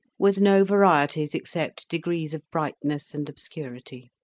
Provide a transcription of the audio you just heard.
with no varieties except degrees of brightness and obscurity?